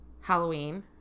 Halloween